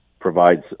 provides